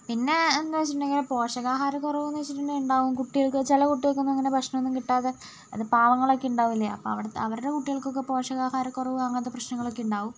പിന്നേ എന്നുവച്ചിട്ടുണ്ടെങ്കിൽ പോഷകാഹാരക്കുറവെന്ന് വച്ചിട്ടുണ്ടെങ്കിൽ ഉണ്ടാവും കുട്ടികൾക്കു ചില കുട്ടികൾക്കൊന്നും അങ്ങനെ ഭക്ഷണമൊന്നും കിട്ടാതെ അത് പാവങ്ങളൊക്കെ ഉണ്ടാവില്ലേ അപ്പോൾ അവരുടെ കുട്ടികൾക്കൊക്കെ പോഷകാഹാരക്കുറവ് അങ്ങനത്തെ പ്രശ്നങ്ങളൊക്കെ ഉണ്ടാവും